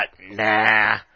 nah